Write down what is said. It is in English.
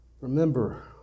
Remember